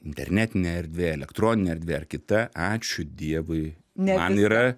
internetinė erdvė elektroninė erdvė ar kita ačiū dievui man yra